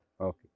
Okay